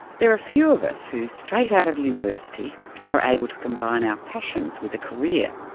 there are few of us who straight out of university are able to combine our passions with a career.